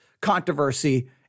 controversy